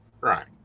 Right